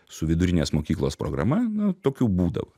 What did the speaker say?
su vidurinės mokyklos programa nu tokių būdavo